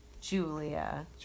Julia